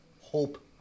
hope